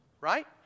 Right